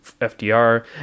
FDR